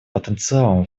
потенциалом